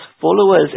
followers